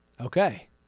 Okay